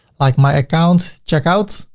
like my account, checkout,